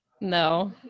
No